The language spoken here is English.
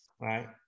Right